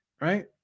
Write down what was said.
right